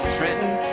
Trenton